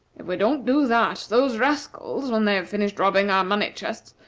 if we don't do that those rascals, when they have finished robbing our money-chests,